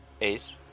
Ace